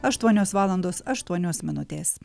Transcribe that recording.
aštuonios valandos aštuonios minutės